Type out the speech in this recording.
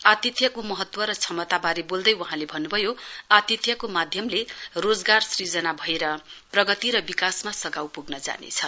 आतिय्यको महत्व र क्षमतावारे वोल्दै वहाँले भन्नुभयो आतिय्यको माध्यमले रोजगार सृजना भएर प्रगति र विकासमा सगाव पुग्न जानेछ